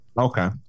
Okay